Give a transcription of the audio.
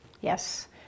Yes